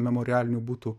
memorialinių butų